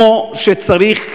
כמו שצריך,